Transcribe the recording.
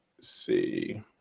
see